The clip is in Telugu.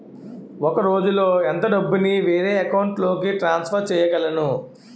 ఒక రోజులో ఎంత డబ్బుని వేరే అకౌంట్ లోకి ట్రాన్సఫర్ చేయగలను?